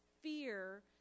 Fear